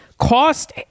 cost